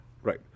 Right